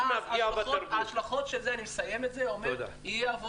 ואז ההשלכות של זה אני אסיים את זה אומרות: אי עבודה,